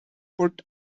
put